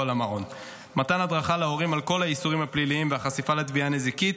למעון; מתן הדרכה להורים על כל האיסורים הפליליים והחשיפה לתביעה נזיקית,